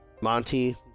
monty